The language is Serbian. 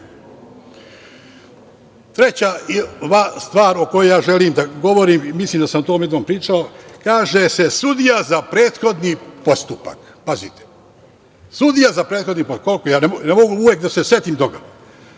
stvar o kojoj želim da govorim, i mislim da sam to jednom pričao, kaže se sudija za prethodni postupak. Pazite, sudija za prethodni postupak, ne mogu uvek da se setim toga.